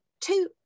two